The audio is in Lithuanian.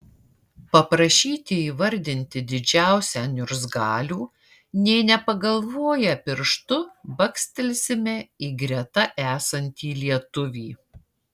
paprašyti įvardinti didžiausią niurzgalių nė nepagalvoję pirštu bakstelsime į greta esantį lietuvį